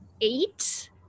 Eight